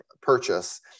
purchase